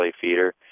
feeder